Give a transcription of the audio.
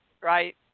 right